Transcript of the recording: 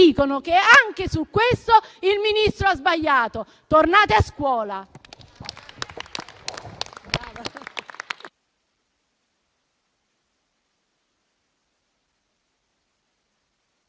dicono che anche su questo il Ministro ha sbagliato. Tornate a scuola.